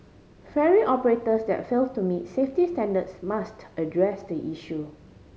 ferry operators that fail to meet safety standards must address the issue